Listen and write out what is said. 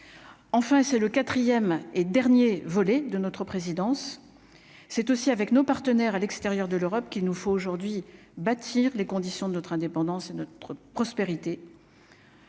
enfin c'est le 4ème et dernier volet de notre présidence, c'est aussi avec nos partenaires à l'extérieur de l'Europe qu'il nous faut aujourd'hui bâtir les conditions de notre indépendance et notre prospérité.